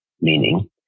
meaning